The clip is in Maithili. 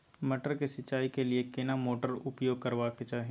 मटर के सिंचाई के लिये केना मोटर उपयोग करबा के चाही?